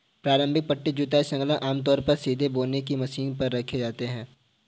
प्रारंभिक पट्टी जुताई संलग्नक आमतौर पर सीधे बोने की मशीन पर रखे जाते थे